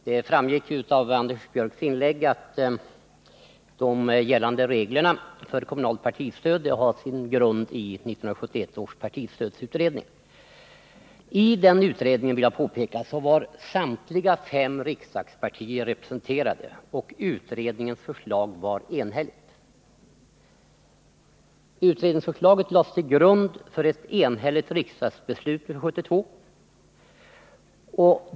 Herr talman! Det framgick av Anders Björcks inlägg att de gällande reglerna för kommunalt partistöd har sin grund i 1971 års partistödsutredning. I den utredningen, vill jag påpeka, var samtliga fem riksdagspartier representerade, och utredningens förslag var enhälligt. Utredningsförslaget lades till grund för ett enhälligt riksdagsbeslut 1972.